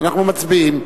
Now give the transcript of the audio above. אנחנו מצביעים.